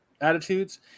attitudes